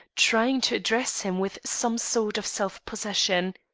trying to address him with some sort of self-possession,